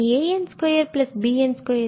எனவே a02 an2bn21 f2 dx